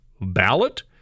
ballot